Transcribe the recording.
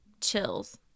chills